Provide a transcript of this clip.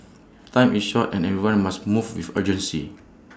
time is short and everyone must move with urgency